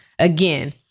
Again